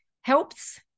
helps